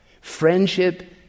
Friendship